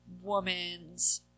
woman's